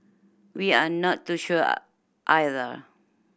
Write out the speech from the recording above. we are not too sure either